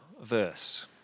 verse